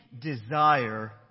desire